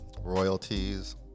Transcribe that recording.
royalties